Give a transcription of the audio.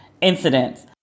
incidents